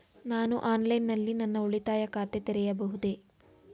ನಾನು ಆನ್ಲೈನ್ ನಲ್ಲಿ ನನ್ನ ಉಳಿತಾಯ ಖಾತೆ ತೆರೆಯಬಹುದೇ?